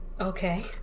Okay